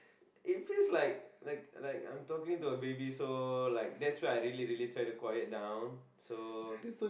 if he's like like like I'm talking to a baby so like that's why I really really try to quiet down so